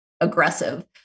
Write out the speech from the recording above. aggressive